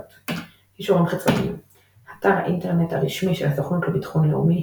קישורים חיצוניים אתר האינטרנט הרשמי של הסוכנות לביטחון לאומי